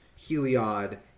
Heliod